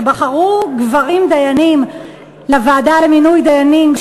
שבחרו גברים דיינים לוועדה למינוי דיינים,